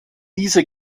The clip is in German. diese